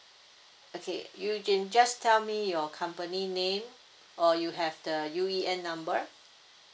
okay you can just tell me your company name or you have the U_E_N number